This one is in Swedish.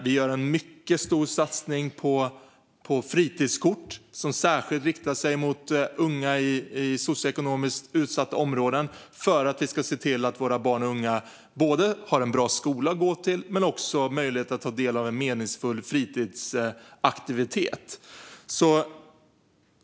Vi gör en mycket stor satsning på fritidskort, som särskilt riktar sig till unga i socioekonomiskt utsatta områden, för att se till att våra barn och unga både har en bra skola att gå till och har möjlighet att ta del av en meningsfull fritidsaktivitet.